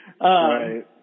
Right